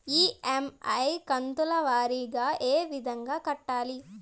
EMI కంతుల వారీగా ఏ విధంగా కట్టాలి